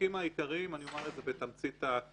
הנימוקים העיקריים, אני אומר את זה בתמצית הקיצור,